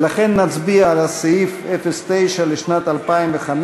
ולכן נצביע בקריאה שנייה על סעיף 09 לשנת 2015,